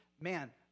man